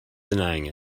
denying